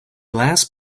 last